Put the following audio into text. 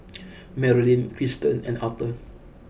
Maralyn Kiersten and Arther